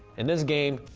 in this game,